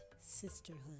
sisterhood